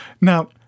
Now